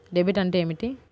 Debit అంటే ఏమిటి?